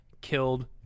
killed